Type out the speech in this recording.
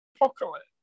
apocalypse